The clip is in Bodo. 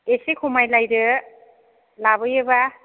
एसे खमायलायदो लाबोयोबा